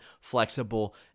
flexible